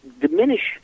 diminish –